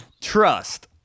trust